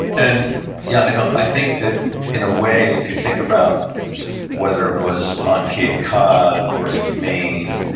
and yeah i i think that in a way, if you think about whether it was on cape cod or in maine,